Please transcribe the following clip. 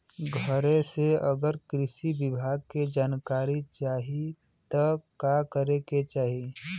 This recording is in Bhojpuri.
घरे से अगर कृषि विभाग के जानकारी चाहीत का करे के चाही?